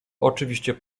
oczywiście